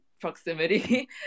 proximity